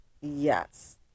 yes